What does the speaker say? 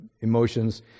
emotions